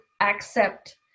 accept